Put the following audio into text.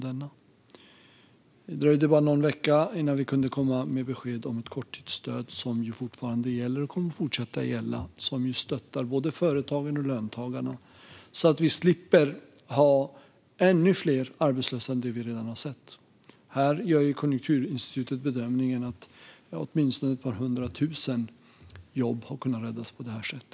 Det dröjde bara någon vecka innan vi kunde komma med besked om ett korttidsstöd, som fortfarande gäller och kommer att fortsätta gälla och som stöttar både företagen och löntagarna så att vi slipper få ännu fler arbetslösa än vi redan har sett. Konjunkturinstitutet gör bedömningen att åtminstone ett par hundra tusen jobb har kunnat räddas på detta sätt.